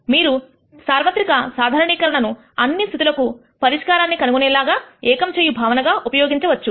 మీరు సార్వత్రిక సాధారణీకరణను అన్ని స్థితులకు పరిష్కారాన్ని కనుగొనే ఏకం చేయు భావనగా ఉపయోగింవచ్చు